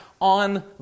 on